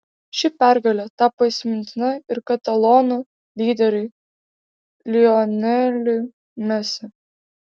ši pergalė tapo įsimintina ir katalonų lyderiui lioneliui messi